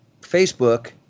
Facebook